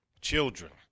children